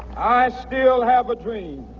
i still have a dream.